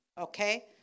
Okay